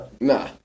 Nah